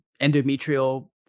endometrial